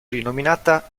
rinominata